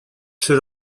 czy